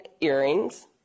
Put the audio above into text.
earrings